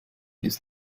ist